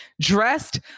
dressed